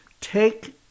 take